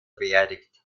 beerdigt